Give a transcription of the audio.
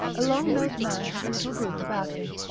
a long-nosed man had a little group about him,